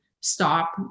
stop